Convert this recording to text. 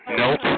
nope